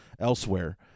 elsewhere